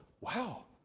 wow